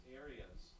areas